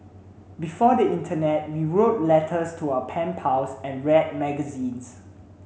before the internet we wrote letters to our pen pals and read magazines